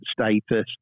status